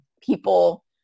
people